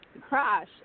crash